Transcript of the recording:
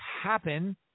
happen